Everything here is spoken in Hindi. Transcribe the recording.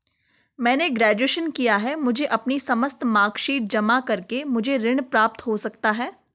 मैंने ग्रेजुएशन किया है मुझे अपनी समस्त मार्कशीट जमा करके मुझे ऋण प्राप्त हो सकता है?